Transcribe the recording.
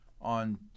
on